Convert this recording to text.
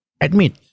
admit